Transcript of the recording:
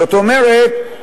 זאת אומרת,